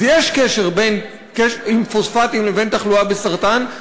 אז יש קשר בין פוספטים לבין תחלואה בסרטן.